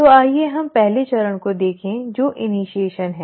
तो आइए हम पहले चरण को देखें जो इनिशीएशन है